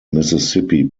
mississippi